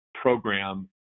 program